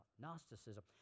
Gnosticism